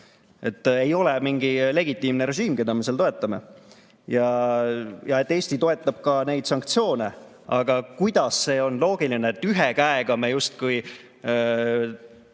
see ei ole mingi legitiimne režiim, keda me seal toetame – ja et Eesti toetab neid sanktsioone. Aga kuidas see on loogiline, et ühe käega me justkui